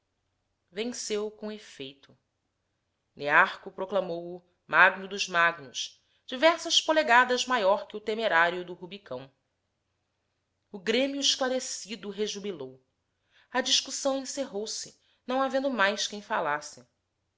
venceu com efeito nearco proclamou o magno dos magnos diversas polegadas maior que o temerário do rubicon o grêmio esclarecido rejubilou a discussão encerrou-se não havendo mais quem falasse